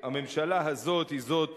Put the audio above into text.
הממשלה הזאת היא זאת